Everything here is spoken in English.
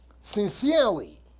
sincerely